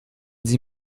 sie